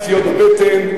פציעות בטן,